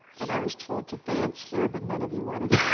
and i was told to dance here, but none of you want